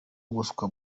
ubuswa